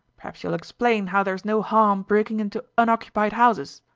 perhaps you'll explain how there's no harm breakin' into unoccupied ouses?